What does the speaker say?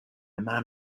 man